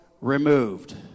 removed